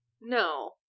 No